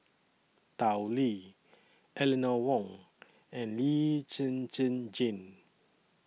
Tao Li Eleanor Wong and Lee Zhen Zhen Jane